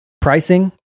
pricing